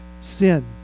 sin